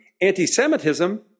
anti-Semitism